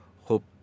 hope